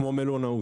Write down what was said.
כמו מלונאות,